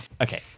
Okay